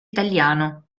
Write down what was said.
italiano